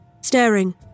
staring